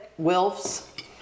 Wilfs